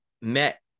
met